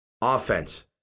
offense